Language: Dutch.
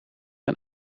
een